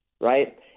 right